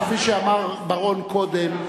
כפי שאמר בר-און קודם,